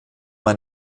man